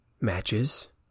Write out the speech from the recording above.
matches